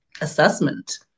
assessment